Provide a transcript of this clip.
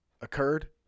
occurred